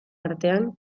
artean